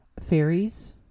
Fairies